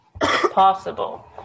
possible